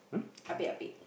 apek apek